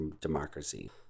democracy